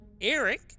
eric